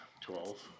Twelve